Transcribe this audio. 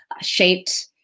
shaped